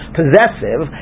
possessive